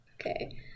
Okay